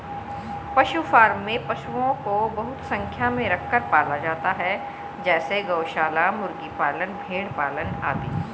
पशु फॉर्म में पशुओं को बहुत संख्या में रखकर पाला जाता है जैसे गौशाला, मुर्गी पालन, भेड़ पालन आदि